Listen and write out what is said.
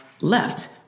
left